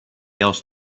else